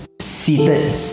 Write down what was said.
seated